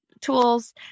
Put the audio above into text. tools